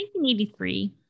1983